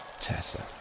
Tessa